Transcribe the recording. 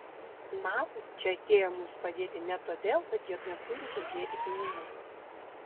nato čia atėjo mums padėti ne todėl kad jie neturi kur dėti pinigų